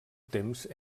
temps